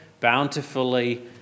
bountifully